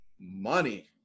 Money